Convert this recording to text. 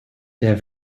der